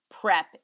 prep